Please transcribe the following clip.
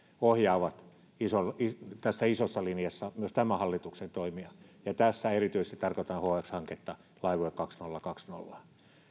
ohjaavat isossa linjassa myös tämän hallituksen toimia ja tässä erityisesti tarkoitan hx hanketta laivue kaksituhattakaksikymmentäaa